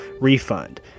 refund